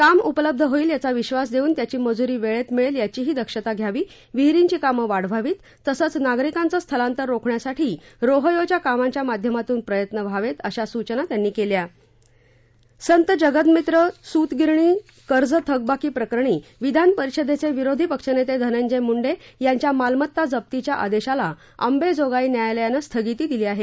काम उपलब्ध होईल याचा विक्षास देऊन त्यांची मजूरी वेळेत याचीही दक्षता घ्यावीविहीरींची कामं वाढवावीत तसंच नागरीकाचं स्थलातर रोखण्यासाठी रोहयोच्या कामांच्या माध्यमातून प्रयत्न व्हावेत अशा सूचना त्यांनी केल्या संत जगमित्र सूतगिरणी कर्ज थकबाकीप्रकरणी विधान परिषदेचे विरोधी पक्षनेते धनंजय मुंडे यांच्या मालमत्ता जप्तीच्या आदेशाला अंबाजोगाई न्यायालयानं स्थगिती दिली आहे